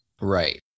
Right